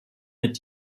mit